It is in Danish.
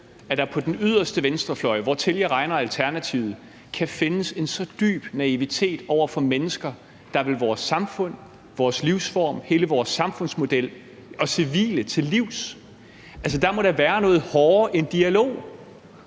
at der på den yderste venstrefløj, hvortil jeg regner Alternativet, kan være en så dyb naivitet over for mennesker, der vil vores samfund, vores livsform, hele vores samfundsmodel og civile til livs. Der må man da gå hårdere til